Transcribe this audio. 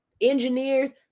engineers